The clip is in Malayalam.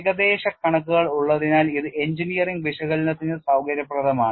ഏകദേശ കണക്കുകൾ ഉള്ളതിനാൽ ഇത് എഞ്ചിനീയറിംഗ് വിശകലനത്തിന് സൌകര്യപ്രദമാണ്